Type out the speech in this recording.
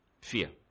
Fear